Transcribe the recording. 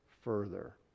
further